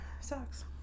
sucks